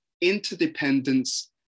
interdependence